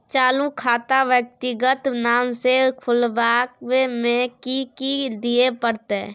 चालू खाता व्यक्तिगत नाम से खुलवाबै में कि की दिये परतै?